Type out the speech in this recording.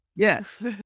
Yes